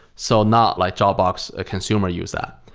so not like dropbox, a consumer use that.